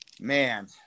Man